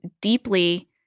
deeply